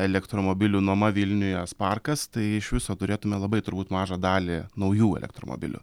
elektromobilių nuoma vilniuje sparkas tai iš viso turėtume labai turbūt mažą dalį naujų elektromobilių